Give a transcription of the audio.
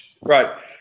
Right